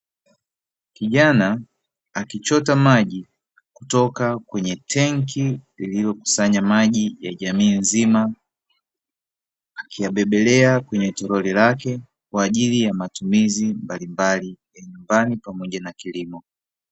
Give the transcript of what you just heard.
Kijana akichota maji kutoka kwenye tenki lililokusanya maji ya jamii nzima, akiyabebelea kwenye toroli lake kwa ajili ya matumizi mbalimbali ya nyumbani pamoja na kilimo.